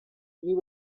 you